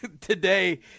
today